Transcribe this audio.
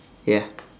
ya